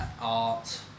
Art